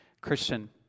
Christian